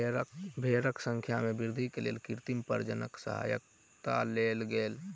भेड़क संख्या में वृद्धि के लेल कृत्रिम प्रजननक सहयता लेल गेल